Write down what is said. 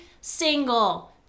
single